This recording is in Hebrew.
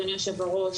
אדוני היושב-ראש,